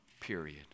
Period